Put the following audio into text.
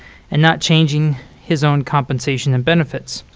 and not changing his own compensation and benefits.